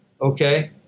okay